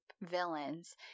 villains